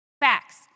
Facts